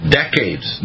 decades